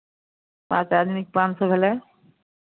पाँच आदमीके पाँच सए भेलै